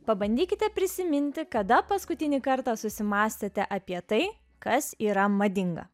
pabandykite prisiminti kada paskutinį kartą susimąstėte apie tai kas yra madinga